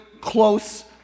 close